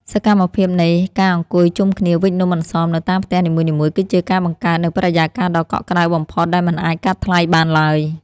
សកម្មភាពនៃការអង្គុយជុំគ្នាវេចនំអន្សមនៅតាមផ្ទះនីមួយៗគឺជាការបង្កើតនូវបរិយាកាសដ៏កក់ក្ដៅបំផុតដែលមិនអាចកាត់ថ្លៃបានឡើយ។